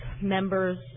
members